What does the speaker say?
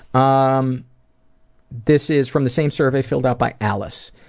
um this is from the same survey, filled out by alice.